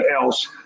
else